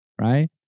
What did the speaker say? Right